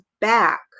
back